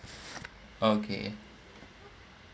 okay